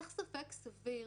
איך ספק סביר